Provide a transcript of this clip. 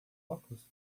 óculos